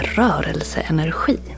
rörelseenergi